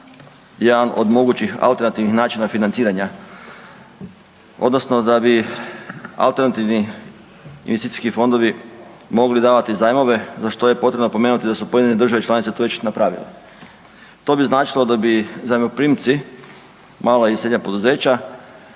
jedan od mogućih alternativnih načina financiranja odnosno da bi alternativni investicijski fondovi mogli davati zajmove za što je potrebno napomenuti da su pojedine države članice to već napravile. To bi značilo da bi zajmoprimci mala i srednja poduzeća